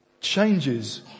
changes